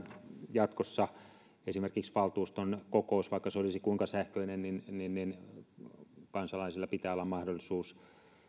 jatkossa esimerkiksi vaikka valtuuston kokous olisi kuinka sähköinen niin niin kansalaisilla pitää olla mahdollisuus